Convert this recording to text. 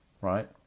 right